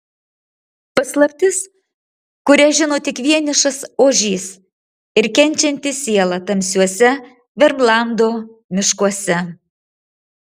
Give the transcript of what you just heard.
paslaptis kurią žino tik vienišas ožys ir kenčianti siela tamsiuose vermlando miškuose